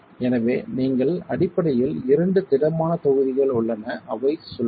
எனவே நீங்கள் அடிப்படையில் இரண்டு திடமான தொகுதிகள் உள்ளன அவை சுழலும்